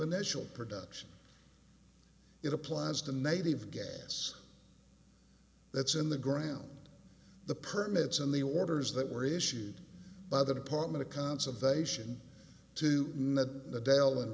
initial production it applies to native gas that's in the ground the permits and the orders that were issued by the department of conservation to